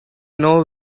know